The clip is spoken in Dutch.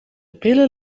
pillen